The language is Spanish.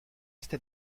este